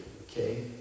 okay